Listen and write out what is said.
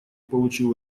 получил